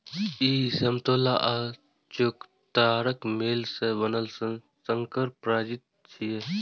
ई समतोला आ चकोतराक मेल सं बनल संकर प्रजाति छियै